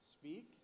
speak